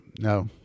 no